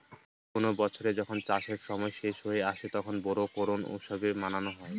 যে কোনো বছরে যখন চাষের সময় শেষ হয়ে আসে, তখন বোরো করুম উৎসব মানানো হয়